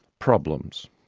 problems!